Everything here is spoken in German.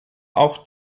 auch